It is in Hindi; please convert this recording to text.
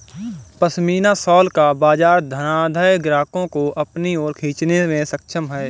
पशमीना शॉल का बाजार धनाढ्य ग्राहकों को अपनी ओर खींचने में सक्षम है